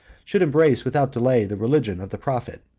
should embrace without delay the religion of the prophet.